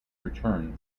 return